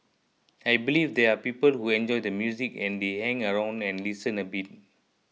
I believe there are people who enjoy the music and they hang around and listen a bit